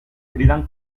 criden